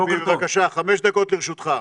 בוקר טוב.